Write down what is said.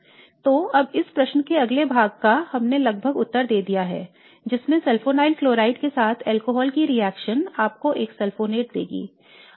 तो अब इस प्रश्न के पहले भाग का हमने लगभग उत्तर दे दिया है जिसमें सल्फोनील क्लोराइड के साथ अल्कोहल की रिएक्शन आपको एक सल्फोनेट देगी